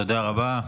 תודה רבה.